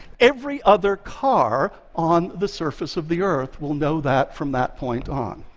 every other car on the surface of the earth will know that from that point on.